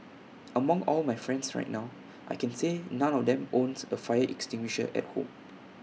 among all my friends right now I can say none of them owns A fire extinguisher at home